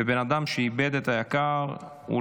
בן אדם שאיבד את היקר לו,